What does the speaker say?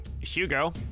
Hugo